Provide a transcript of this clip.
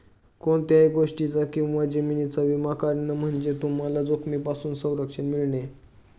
कोणत्याही गोष्टीचा किंवा जीवनाचा विमा काढणे म्हणजे तुम्हाला जोखमीपासून संरक्षण मिळेल